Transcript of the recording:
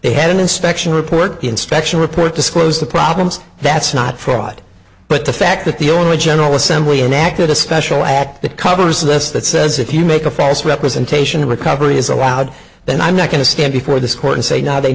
they had an inspection report the inspection report disclosed the problems that's not fraud but the fact that the only general assembly enacted a special act that covers less that says if you make a false representation of a company is allowed then i'm not going to stand before this court and say now they